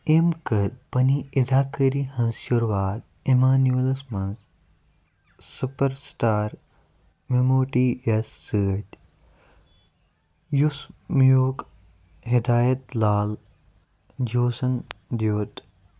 أمۍ کٔر پنٕنۍ اَداکٲری ہٕنٛز شروٗعات عمانویلَس منٛز سُپر سِٹار مموٹی یَس سۭتۍ یُس میٛوٗک ہِدایت لال جوسَن دِیُت